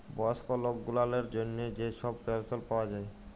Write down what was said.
বয়স্ক লক গুলালের জ্যনহে যে ছব পেলশল পাউয়া যায়